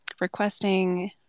requesting